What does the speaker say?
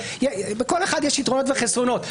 בכל אחד יש יתרונות וחסרונות.